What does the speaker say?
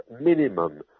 minimum